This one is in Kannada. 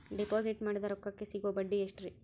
ಡಿಪಾಜಿಟ್ ಮಾಡಿದ ರೊಕ್ಕಕೆ ಸಿಗುವ ಬಡ್ಡಿ ಎಷ್ಟ್ರೀ?